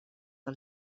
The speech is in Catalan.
del